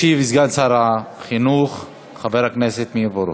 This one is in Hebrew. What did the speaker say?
ישיב סגן שר החינוך חבר הכנסת מאיר פרוש.